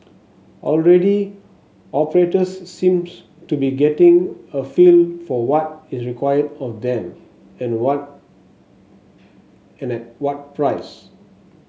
already operators seems to be getting a feel for what is required of them and what and at what price